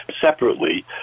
separately